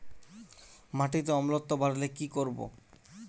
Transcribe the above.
মাটিতে অম্লত্ব বাড়লে কি করব?